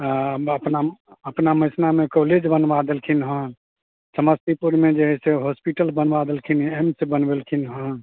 हँ अपना अपना मैहसिनामे कौलेज बनबा देलखिन हन समस्तीपुरमे जे हय से होस्पिटल बनबा देलखिन एम्स बनबेलखिन हन